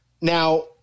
Now